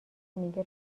میگه